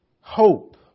Hope